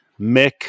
Mick